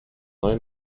neue